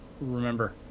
remember